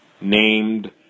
named